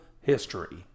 history